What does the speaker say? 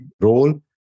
role